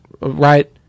right